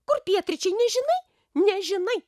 kur pietryčiai nežinai nežinai